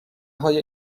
های